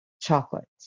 Chocolate